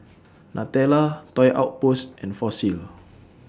Nutella Toy Outpost and Fossil